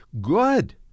Good